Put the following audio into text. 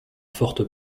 forte